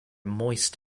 moist